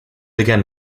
again